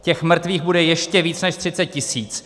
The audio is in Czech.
Těch mrtvých bude ještě víc než 30 tisíc.